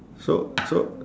so so